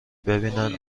ببینن